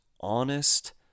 honest